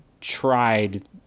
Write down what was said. tried